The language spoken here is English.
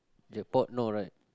Jackpot no right